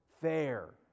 fair